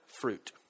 fruit